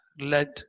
led